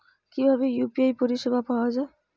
কিভাবে ইউ.পি.আই পরিসেবা পাওয়া য়ায়?